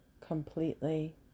completely